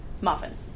Muffin